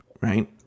Right